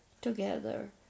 together